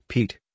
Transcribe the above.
Pete